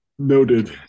Noted